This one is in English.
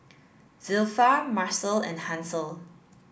Zilpha Marcel and Hansel